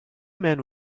men